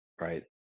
right